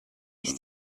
ist